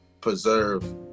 preserve